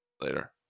later